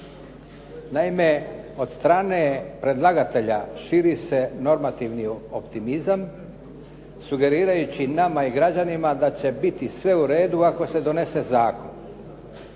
Naime, od strane predlagatelja širi se normativni optimizam, sugerirajući nama i građanima da će biti sve uredu ako se donese zakon.